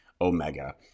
Omega